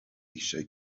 eisiau